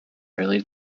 early